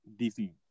DC